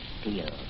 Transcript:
steel